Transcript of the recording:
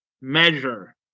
measure